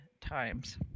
times